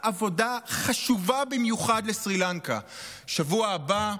עבודה חשובה במיוחד לסרי לנקה בשבוע הבא,